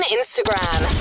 Instagram